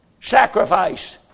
sacrifice